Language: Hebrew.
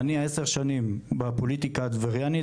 אני עשר שנים בפוליטיקה הטבריינית,